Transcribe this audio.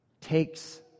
takes